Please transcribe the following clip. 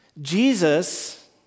Jesus